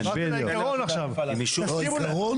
אמרתי עכשיו את העיקרון.